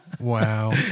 Wow